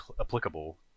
applicable